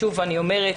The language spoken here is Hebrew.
שוב אני אומר,